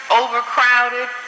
overcrowded